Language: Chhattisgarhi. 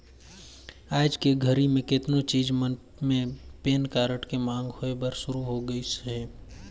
आयज के घरी मे केतनो चीच मन मे पेन कारड के मांग होय बर सुरू हो गइसे